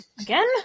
Again